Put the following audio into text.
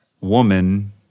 woman